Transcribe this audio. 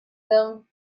them